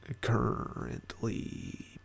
currently